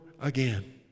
again